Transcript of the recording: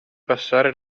passare